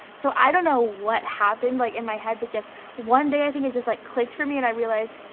so i don't know what happened like in my head but just one day i think it just like clicked for me and i realized,